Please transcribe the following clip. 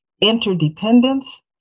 interdependence